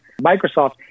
Microsoft